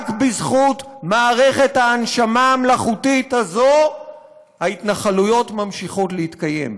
רק בזכות מערכת ההנשמה המלאכותית הזאת ההתנחלויות ממשיכות להתקיים.